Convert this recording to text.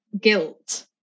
guilt